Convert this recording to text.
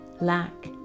lack